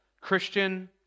Christian